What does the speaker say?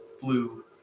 blue